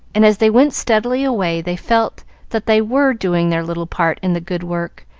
and as they went steadily away they felt that they were doing their little part in the good work,